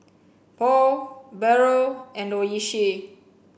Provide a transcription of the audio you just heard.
Paul Barrel and Oishi